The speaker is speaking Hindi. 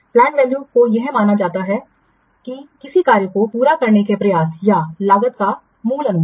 तो पलैंड वैल्यू को यह माना जा सकता है कि किसी कार्य को पूरा करने के प्रयास या लागत का मूल अनुमान